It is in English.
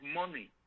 money